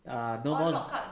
uh no more